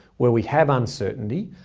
where we have uncertainty,